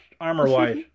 armor-wise